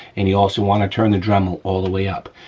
and you also wanna turn the dremel all the way up.